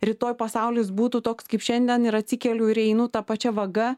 rytoj pasaulis būtų toks kaip šiandien ir atsikeliu ir einu ta pačia vaga